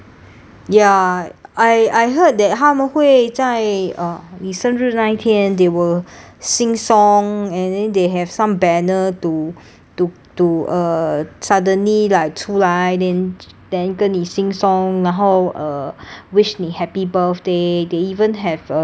ya I I heard that 他们会在你生日那天 they will sing song and then they have some banner to to to uh suddenly like 出来 then j~ 跟你 sing song 然后 uh wish 你 happy birthday they even have uh